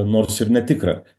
nors ir netikra